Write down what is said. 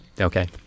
Okay